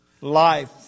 life